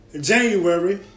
January